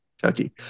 Chucky